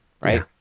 right